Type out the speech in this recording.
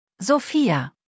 Sophia